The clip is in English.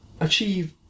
achieve